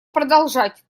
продолжать